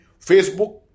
Facebook